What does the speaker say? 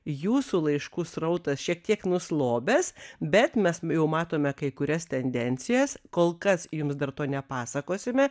jūsų laiškų srautas šiek tiek nuslobęs bet mes jau matome kai kurias tendencijas kol kas jums dar to nepasakosime